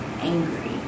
angry